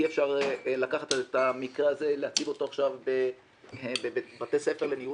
אי אפשר לקחת את המקרה הזה ולהטיל אותו עכשיו בבתי ספר לניהול